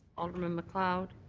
alderman macleod.